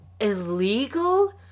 illegal